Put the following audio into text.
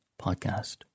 podcast